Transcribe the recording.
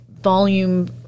volume